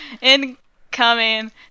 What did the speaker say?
Incoming